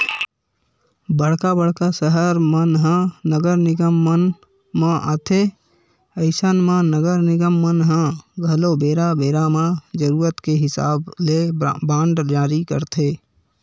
बड़का बड़का सहर मन ह नगर निगम मन म आथे अइसन म नगर निगम मन ह घलो बेरा बेरा म जरुरत के हिसाब ले बांड जारी करथे